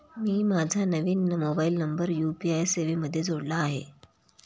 मी माझा नवीन mobile number UPI सेवेमध्ये जोडला आहे